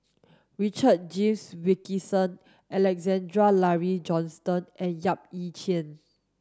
Richard James Wilkinson Alexander Laurie Johnston and Yap Ee Chian